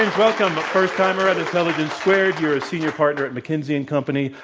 and welcome. the first time around intelligence squared. you're a senior partner at mckinsey and company.